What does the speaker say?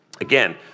Again